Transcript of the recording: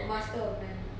master of none